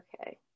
Okay